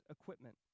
equipment